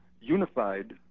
unified